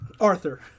Arthur